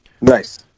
Nice